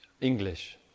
English